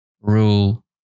rule